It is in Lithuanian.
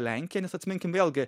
lenkija nes atsiminkim vėlgi